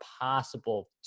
possible